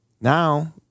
Now